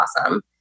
awesome